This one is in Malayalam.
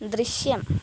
ദൃശ്യം